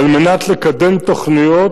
כדי לקדם תוכניות